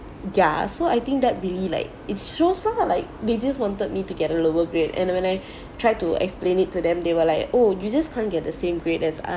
ya so I think that really like it shows lah like they just wanted me to get a lower grade and when I try to explain it to them they were like oh you just can't get the same grade as